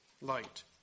light